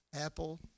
Apple